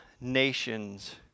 nations